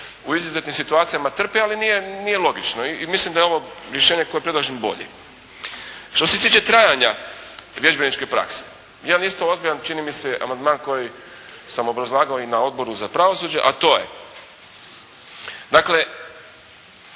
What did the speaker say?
u izuzetnim situacijama trpi, ali nije logično. I mislim da je ovo rješenje koje predlažem bolje. Što se tiče trajanja vježbeničke prakse. Jedan isto ozbiljan čini mi se amandman koji sam obrazlagao i na Odboru za pravosuđe, a to je, dakle